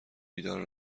بیدار